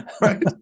Right